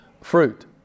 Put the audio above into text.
Fruit